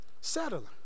Settle